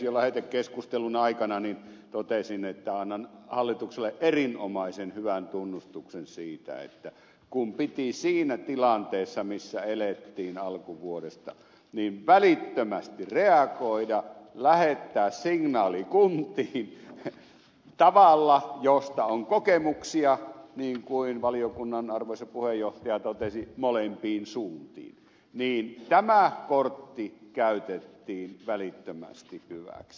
jo lähetekeskustelun aikana totesin että annan hallitukselle erinomaisen hyvän tunnustuksen siitä että kun piti siinä tilanteessa missä elettiin alkuvuodesta välittömästi reagoida lähettää signaali kuntiin tavalla josta on kokemuksia niin kuin valiokunnan arvoisa puheenjohtaja totesi molempiin suuntiin niin tämä kortti käytettiin välittömästi hyväksi